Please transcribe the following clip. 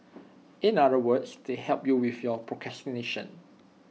in other words they help you with your procrastination